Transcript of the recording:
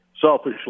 selfishly